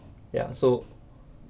ya so